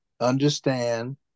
understand